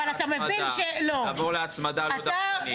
לעבור להצמדה לא דווקנית,